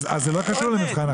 אז זה לא קשור למבחן ההכנסה.